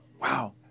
wow